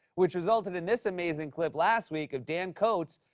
which resulted in this amazing clip last week of dan coats,